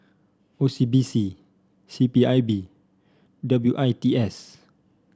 O C B C C P I B W I T S